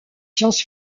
sciences